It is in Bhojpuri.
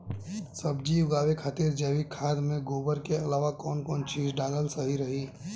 सब्जी उगावे खातिर जैविक खाद मे गोबर के अलाव कौन कौन चीज़ डालल सही रही?